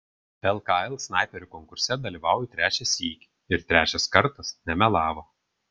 lkl snaiperių konkurse dalyvauju trečią sykį ir trečias kartas nemelavo